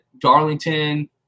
Darlington